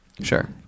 Sure